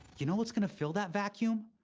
you know what's going to fill that vacuum?